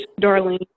Darlene